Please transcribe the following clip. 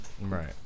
Right